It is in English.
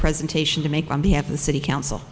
presentation to make on behalf of the city council